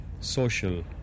social